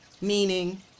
meaning